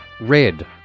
red